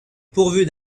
pourvue